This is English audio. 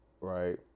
right